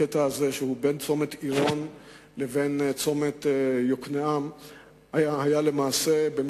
הקטע בין צומת עירון לצומת יוקנעם היה למעשה תקוע